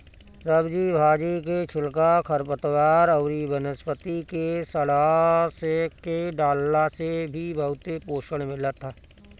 सब्जी भाजी के छिलका, खरपतवार अउरी वनस्पति के सड़आ के डालला से भी बहुते पोषण मिलत ह